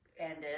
ended